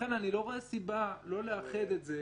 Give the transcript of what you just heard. לכן אני לא רואה סיבה לא לאחד את זה